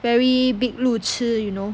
very big 路痴 you know